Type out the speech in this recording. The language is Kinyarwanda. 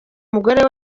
umugore